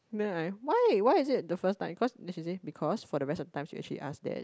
then I why why is it the first time then she say because for the rest of the time she actually ask that